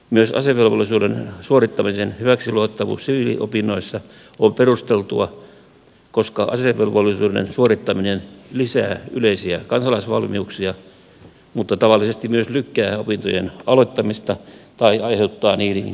myös asevelvollisuuden suorittamisen hyväksiluettavuus siviiliopinnoissa on perusteltua koska asevelvollisuuden suorittaminen lisää yleisiä kansalaisvalmiuksia mutta tavallisesti myös lykkää opintojen aloittamista tai aiheuttaa niihin keskeytyksiä